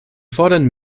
fordern